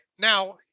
Now